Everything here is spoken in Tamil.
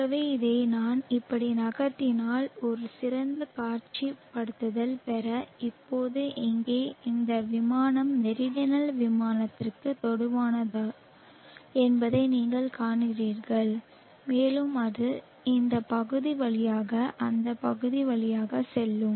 ஆகவே இதை நான் இப்படி நகர்த்தினால் ஒரு சிறந்த காட்சிப்படுத்தல் பெற இப்போது இங்கே இந்த விமானம் மெரிடனல் விமானத்திற்கு தொடுவானது என்பதை நீங்கள் காண்கிறீர்கள் மேலும் அது அந்த பகுதி வழியாக அந்த வழியாக செல்லும்